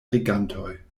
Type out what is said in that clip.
regantoj